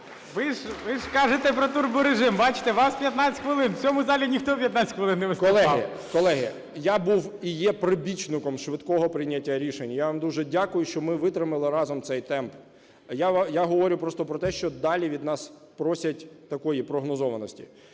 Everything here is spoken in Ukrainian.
Ви ж кажете про турборежим. Бачите, у вас 15 хвилин. В цьому залі ніхто 15 хвилин не виступав. ГОНЧАРУК О.В. Колеги, колеги, я був і є прибічником швидкого прийняття рішень. Я вам дуже дякую, що ми витримали разом цей темп. Я говорю просто про те, що далі від нас просять такої прогнозованості.